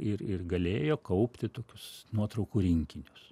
ir ir galėjo kaupti tokius nuotraukų rinkinius